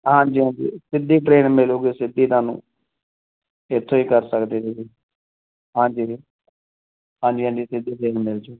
ਹਾਂਜੀ ਹਾਂਜੀ ਸਿੱਧੀ ਟ੍ਰੇਨ ਮਿਲੇਗੀ ਸਿੱਧੀ ਤੁਹਾਨੂੰ ਇੱਥੇ ਹੀ ਕਰ ਸਕਦੇ ਤੁਸੀਂ ਹਾਂਜੀ ਜੀ ਹਾਂਜੀ ਹਾਂਜੀ ਸਿੱਧੀ ਟਰੇਨ ਮਿਲ ਜੂਗੀ